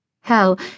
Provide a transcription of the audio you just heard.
Hell